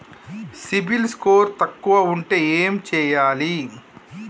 CIBIL score తక్కువ ఉంటే ఏం చేయాలి?